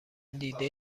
دیده